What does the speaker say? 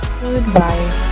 Goodbye